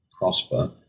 prosper